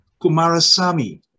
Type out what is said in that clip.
kumarasamy